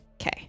Okay